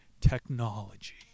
technology